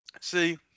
See